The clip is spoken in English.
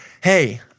hey